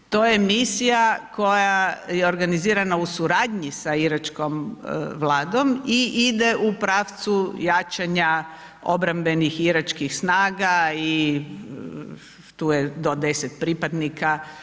To je misija koja je organizirana u suradnji sa iračkom Vladom i ide u pravcu jačanja obrambenih iračkih snaga i tu je do 10 pripadnika.